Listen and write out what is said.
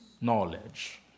Knowledge